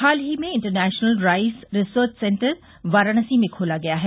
हाल ही में international rice research centre Varanasi में खोला गया है